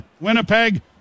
Winnipeg